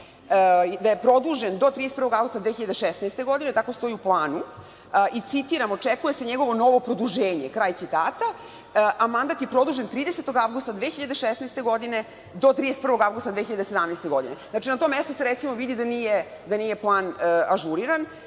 Liban produžen do 31. avgusta 2016. godine, tako stoji u planu, i citiram – očekuje se njegovo novo produženje, kraj citata. A, mandat je produžen 30. avgusta 2016. godine do 31. avgusta 2017. godine. Znači, na tom mestu se, recimo, vidi da nije plan ažuriran.